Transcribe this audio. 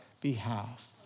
behalf